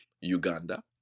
Uganda